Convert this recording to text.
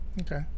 Okay